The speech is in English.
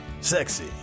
sexy